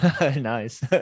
Nice